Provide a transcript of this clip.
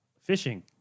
Fishing